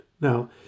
Now